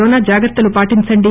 corona జాగ్రత్తలు పాటించండి